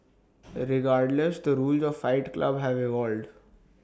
regardless the rules of fight club have evolved